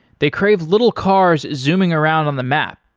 they crave little cars zooming around on the map.